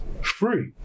free